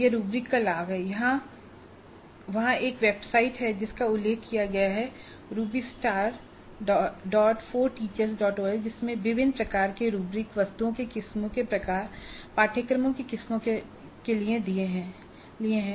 यह रूब्रिक का लाभ है और वहाँ एक वेबसाइट है जिसका उल्लेख वहाँ किया गया है rubistar4teachersorg जिसमें विभिन्न प्रकार के रूब्रिक वस्तुओं की किस्मों के लिए पाठ्यक्रमों की किस्मों के लिए है